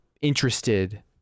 interested